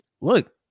Look